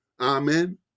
Amen